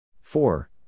Four